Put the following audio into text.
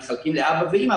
מתחלקים לאבא ואימא,